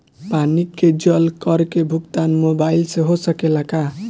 पानी के जल कर के भुगतान मोबाइल से हो सकेला का?